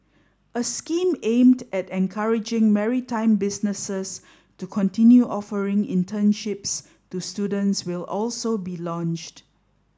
a scheme aimed at encouraging maritime businesses to continue offering internships to students will also be launched